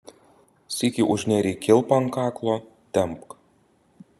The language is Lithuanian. sykį užnėrei kilpą ant kaklo tempk